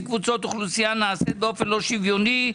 קבוצות אוכלוסיה נעשית באופן לא שוויוני: